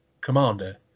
commander